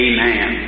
Amen